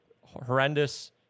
horrendous